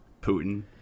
Putin